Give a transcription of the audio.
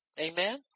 Amen